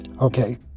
Okay